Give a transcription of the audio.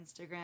Instagram